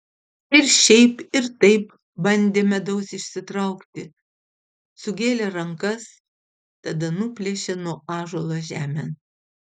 ir šiaip ir taip bandė medaus išsitraukti sugėlė rankas tada nuplėšė nuo ąžuolo žemėn